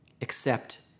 accept